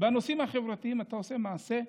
בנושאים החברתיים אתה עושה מעשה נכון.